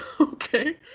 okay